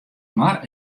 mar